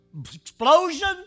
explosion